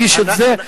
אני מרגיש את זה,